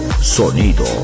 Sonido